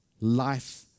life